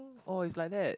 oh it's like that